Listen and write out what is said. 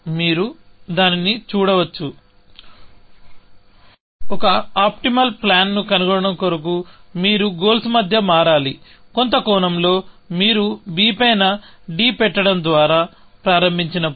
మీరు దానిని చూడవచ్చు ఒక ఆప్టిమల్ ప్లాన్ కనుగొనడం కొరకు మీరు గోల్స్ మధ్య మారాలికొంత కోణంలో మీరు b పైన d పెట్టడం ద్వారా ప్రారంభించినప్పుడు